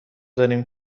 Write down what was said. داریم